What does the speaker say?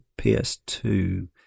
PS2